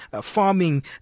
farming